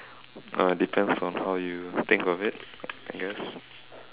uh depends on how you think of it I guess